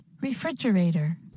Refrigerator